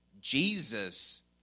Jesus